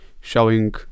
showing